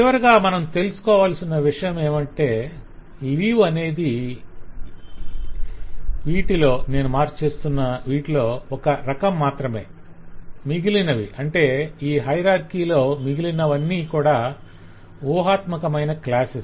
చివరగా మనం తెలుసుకోవాల్సిన విషయమేమంటే లీవ్ అనేది ఈ వీటిలో నేను మార్క్ చేసున్న ఒక రకం మాత్రమే మిగిలినవి అంటే ఈ హయరార్కి లో మిగిలినవన్నీ కూడా ఉహాత్మకమైన క్లాసెస్